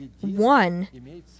one